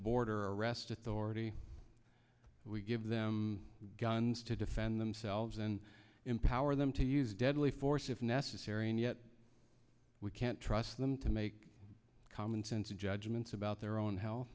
border arrest authority we give them guns to defend themselves and empower them to use deadly force if necessary and yet we can't trust them to make common sense judgments about their own health